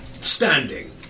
standing